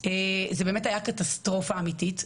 זה באמת היה קטסטרופה אמיתית.